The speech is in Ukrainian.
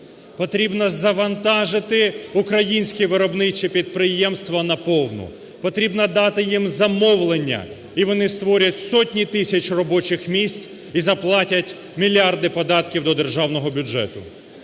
потрібно завантажити українські виробництва на повну, потрібно дати їм замовлення, і вони створять сотні тисяч робочих місць, і заплатять мільярди податків до державного бюджету.